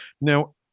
Now